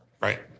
Right